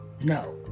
No